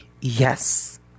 yes